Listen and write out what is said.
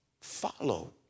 Follow